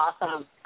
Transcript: awesome